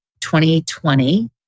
2020